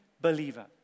believer